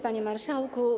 Panie Marszałku!